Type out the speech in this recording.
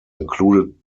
included